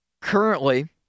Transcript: currently